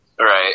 Right